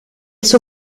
suo